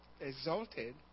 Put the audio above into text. exalted